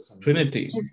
Trinity